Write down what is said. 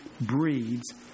breeds